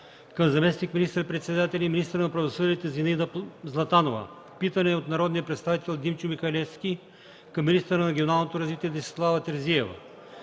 към заместник министър-председателя и министър на правосъдието Зинаида Златанова; - питане от народния представител Димчо Михалевски към министъра на регионалното развитие Десислава Терзиева;